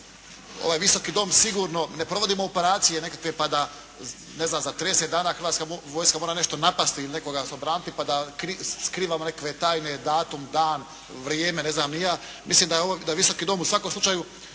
ovaj Visoki dom sigurno ne provodimo operacije nekakve, pa da za 30 dana Hrvatska vojska mora nešto napasti ili od nekoga se obraniti pa da skrivamo nekakve tajne, datum, dan, vrijeme, ne znam ni ja. Mislim da Visoki dom u svakom slučaju